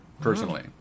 personally